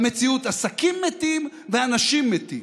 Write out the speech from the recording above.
במציאות עסקים מתים ואנשים מתים.